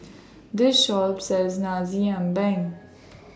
This Shop sells Nasi Ambeng